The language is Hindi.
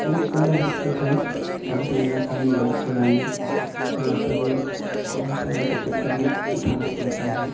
बहुत सारा दिक्कत है पहाड़ी इलाका में बाइक चलाने चलाते हुए बहुत सारा दिक्कत करना उठाना पड़ता है